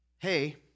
hey